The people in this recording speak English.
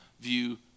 view